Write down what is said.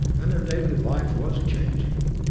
and their daily life was changing.